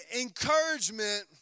encouragement